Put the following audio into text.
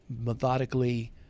methodically